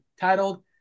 titled